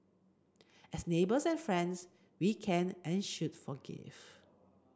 as neighbours and friends we can and should forgive